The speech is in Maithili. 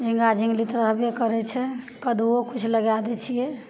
झिङ्गा झिङ्गुली तऽ रहबे करै छै कदुओ किछु लगै दै छिए